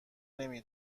نمی